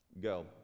Go